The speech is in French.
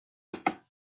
textes